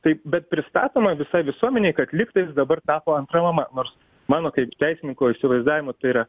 taip bet pristatoma visai visuomenei kad lygtais dabar tapo antra mama nors mano kaip teisininko įsivaizdavimu tai yra